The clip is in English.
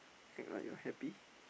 act like you're happy